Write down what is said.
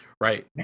Right